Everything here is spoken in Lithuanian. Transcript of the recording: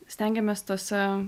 stengiamės tose